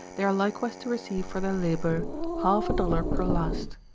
they are likewise to receive for their labour half-a-dollar per last.